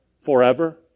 forever